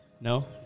No